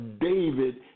David